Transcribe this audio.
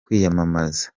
kwiyamamaza